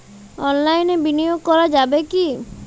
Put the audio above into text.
অনলাইনে বিনিয়োগ করা যাবে কি?